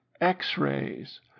x-rays